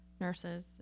nurses